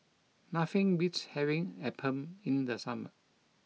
Nothing beats having Appam in the summer